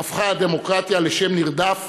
הפכה הדמוקרטיה לשם נרדף